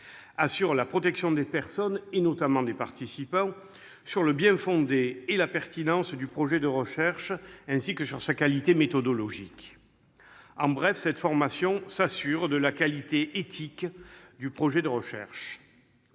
-assure la protection des personnes, et notamment des participants, ainsi que sur le bien-fondé du projet de recherche, sa pertinence et sa qualité méthodologique. En bref, cette formation s'assure de la qualité éthique du projet de recherche.